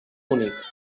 únic